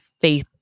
faith